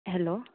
hello